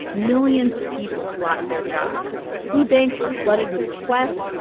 millions of people have lost their jobs. food banks are flooded with requests.